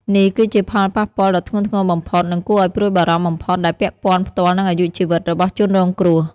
នេះគឺជាផលប៉ះពាល់ដ៏ធ្ងន់ធ្ងរបំផុត និងគួរឲ្យព្រួយបារម្ភបំផុត ដែលពាក់ព័ន្ធផ្ទាល់នឹងអាយុជីវិតរបស់ជនរងគ្រោះ។